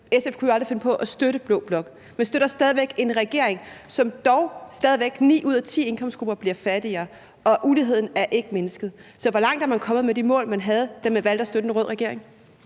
SF kunne jo aldrig finde på at støtte blå blok, men man støtter stadig væk en regering, hvor dog ni ud af ti indkomstgrupper bliver fattigere, og uligheden er ikke mindsket. Så hvor langt er man kommet med de mål, man havde, da man valgte at støtte en rød regering?